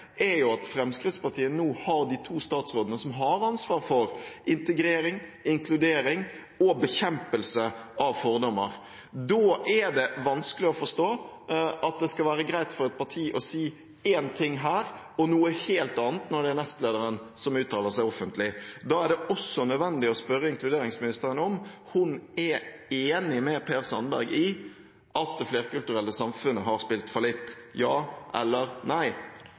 er jo at Fremskrittspartiet nå har de to statsrådene som har ansvar for integrering, inkludering og bekjempelse av fordommer. Da er det vanskelig å forstå at det skal være greit for et parti å si én ting her og noe helt annet når det er nestlederen som uttaler seg offentlig. Da er det også nødvendig å spørre inkluderingsministeren om hun er enig med Per Sandberg i at det flerkulturelle samfunnet har spilt fallitt – ja eller nei?